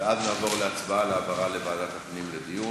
ואז נעבור להצבעה על העברה לוועדת הפנים לדיון.